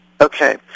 Okay